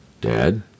dad